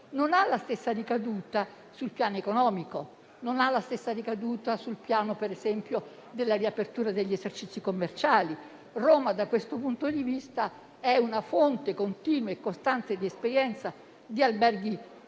ovunque la stessa ricaduta sul piano economico; non ha la stessa ricaduta sul piano, per esempio, della riapertura degli esercizi commerciali. Roma, da questo punto di vista, è una fonte continua e costante di esperienza di alberghi e di